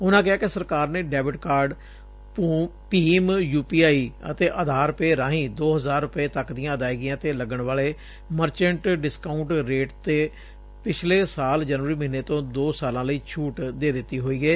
ਉਨੂਂ ਕਿਹਾ ਕਿ ਸਰਕਾਰ ਨੇ ਡੈਬਿਟ ਕਾਰਡ ਭੀਮ ਯੁ ਪੀ ਆਈ ਅਤੇ ਆਧਾਰ ਪੇ ਰਾਹੀਂ ਦੋ ਹਜ਼ਾਰ ਰੁਪੈ ਤੱਕ ਦੀਆ ਅਦਾਇਗੀਆ ਤੇ ਲੱਗਣ ਵਾਲੇ ਮਰਚੈਟ ਡਿਸਕਾਉਟ ਰੇਟ ਤੇ ਪਿਛਲੇ ਸਾਲ ਜਨਵਰੀ ਮਹੀਨੇ ਤੋ ਦੋ ਸਾਲਾ ਲਈ ਛੂਟ ਦੇ ਦਿੱਡੀ ਹੋਈ ਏ